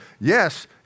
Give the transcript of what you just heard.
Yes